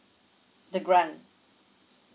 the grant